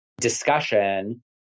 discussion